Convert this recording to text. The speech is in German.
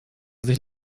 sich